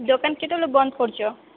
ଦୋକାନ କେତେବେଲେ ବନ୍ଦ କରୁଛ